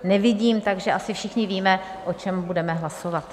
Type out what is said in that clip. Nevidím, takže asi všichni víme, o čem budeme hlasovat.